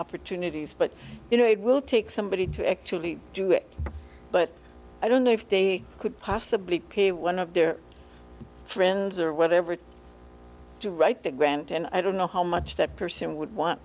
opportunities but you know it will take somebody to actually do it but i don't know if they could possibly be one of their friends or whatever to write the grant and i don't know how much that person would want